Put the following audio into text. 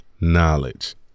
knowledge